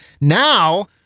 Now